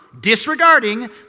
disregarding